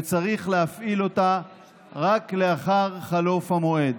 וצריך להפעיל אותה רק לאחר חלוף המועד.